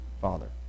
father